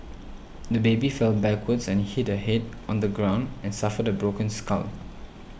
the baby fell backwards and hit her head on the ground and suffered a broken skull